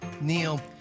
Neil